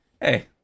Hey